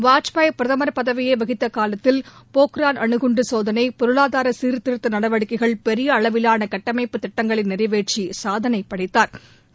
வாஜ்பாய் பிரதம் பதவியை வகித்த காலத்தில் போன்ரான் அனுகுண்டு சோதனை பொருளாதார சீர்திருத்த நடவடிக்கைகள் பெரிய அளவிலான கட்டமைப்புத் திட்டங்களை நிறைவேற்றி சாதனை படைத்தாா்